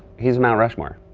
he's mount rushmore,